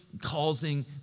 causing